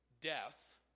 death